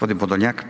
Robert (MOST)**